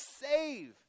save